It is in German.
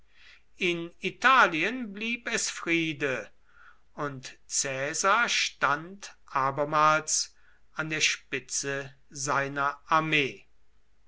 in italien blieb es friede und caesar stand abermals an der spitze seiner armee